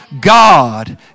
God